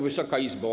Wysoka Izbo!